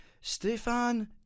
Stefan